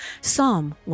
Psalm